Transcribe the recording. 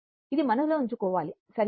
ఇది మనస్సులో ఉంచుకోవాలి సరియైనది